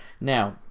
Now